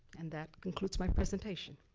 and that concludes my presentation.